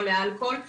או לאלכוהול.